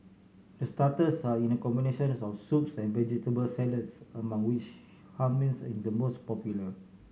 the starters are in a combination of soups and vegetable salads among which Hummus in the most popular